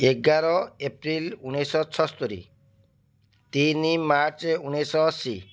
ଏଗାର ଏପ୍ରିଲ ଉଣେଇଶହ ଛଅସ୍ତୋରି ତିନି ମାର୍ଚ୍ଚ ଉଣେଇଶହ ଅଶୀ